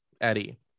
Eddie